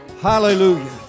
Hallelujah